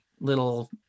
little